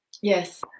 Yes